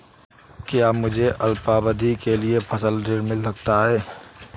क्या मुझे अल्पावधि के लिए फसल ऋण मिल सकता है?